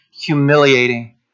humiliating